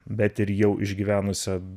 bet ir jau išgyvenusią